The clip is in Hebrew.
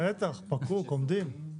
בטח פקוק, עומדים.